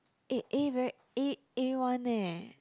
eh A very A a-one leh